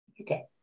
Okay